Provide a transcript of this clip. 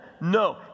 No